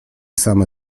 same